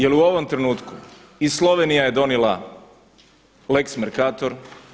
Jer u ovom trenutku i Slovenija je donijela lex Mercator.